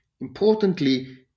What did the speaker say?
importantly